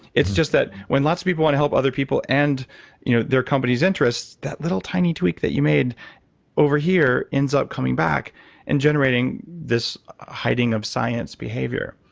it's just that when lots of people want to help other people and you know their company's interests, that little tiny tweak that you made over here ends up coming back and generating this hiding of science behavior.